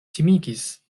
timigis